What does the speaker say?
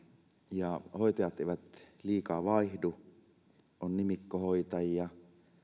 ja hoitajat eivät liikaa vaihdu on nimikkohoitajia